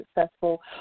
Successful